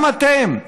גם אתם,